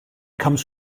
comes